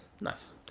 Nice